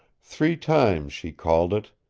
three times she called it,